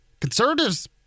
Conservatives